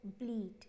bleed